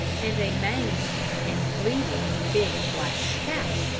and a maimed and bleeding big, black cat,